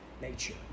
nature